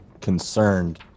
concerned